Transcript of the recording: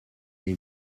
les